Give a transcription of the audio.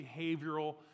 behavioral